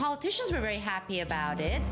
politicians are very happy about it